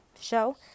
show